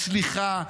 מצליחה,